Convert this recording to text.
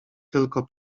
tylko